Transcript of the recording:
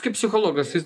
kaip psichologas vis